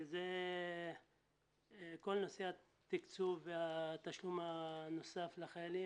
שזה כל נושא התקצוב והתשלום הנוסף לחיילים,